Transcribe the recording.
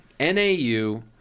NAU